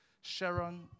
Sharon